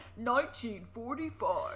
1945